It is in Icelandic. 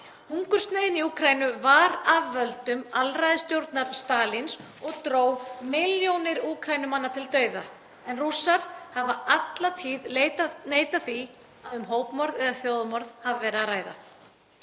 Hungursneyðin í Úkraínu var af völdum alræðisstjórnar Stalíns og dró milljónir Úkraínumanna til dauða en Rússar hafa alla tíð neitað því að um hópmorð eða þjóðarmorð hafi verið að ræða.